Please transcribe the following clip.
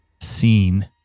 seen